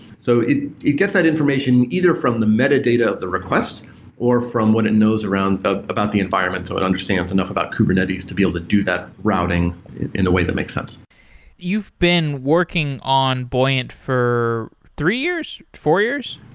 so it it gets that information either from the metadata of the request or from what it knows around ah about the environment, so it understands enough about kubernetes to be able to do that routing in the way that makes sense you've been working on buoyant for three years, four years?